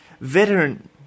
Veteran